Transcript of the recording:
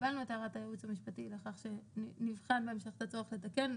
קיבלנו את הערת הייעוץ המשפטי לכך שנבחן בהמשך את הצורך לתקן.